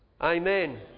amen